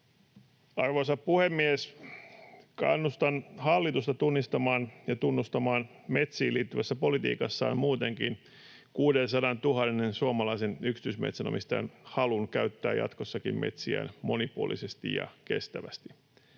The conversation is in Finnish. Arvoisa puhemies! Kannustan hallitusta tunnistamaan ja tunnustamaan metsiin liittyvässä politiikassaan muutenkin 600 000 suomalaisen yksityismetsänomistajan halun käyttää jatkossakin metsiään monipuolisesti ja kestävästi.